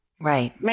Right